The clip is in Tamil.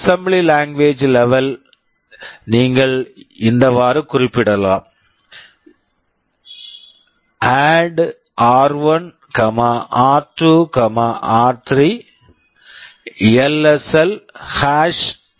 assembly language level assembly language level ல் நீங்கள் இந்தவாறு குறிப்பிடலாம் எடிடி ஆர்1 ஆர்2 ஆர்3 LSL 3 ADD r1 r2 r3 LSL 3